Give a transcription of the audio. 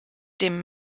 dem